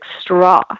straw